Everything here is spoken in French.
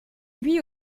lui